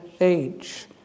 age